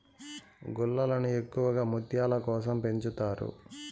గుల్లలను ఎక్కువగా ముత్యాల కోసం పెంచుతారు